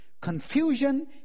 confusion